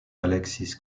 alexis